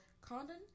Condon